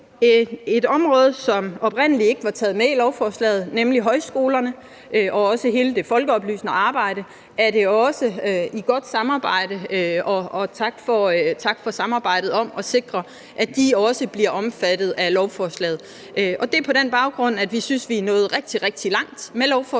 Et område, som oprindelig ikke var taget med i lovforslaget, var højskolerne og hele det folkeoplysende arbejde. Men det er også i godt samarbejde kommet med. Så tak for samarbejdet om at sikre, at de også bliver omfattet af lovforslaget. Det er på den baggrund, vi synes, at vi er nået rigtig, rigtig langt med lovforslaget.